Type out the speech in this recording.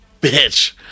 bitch